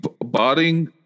barring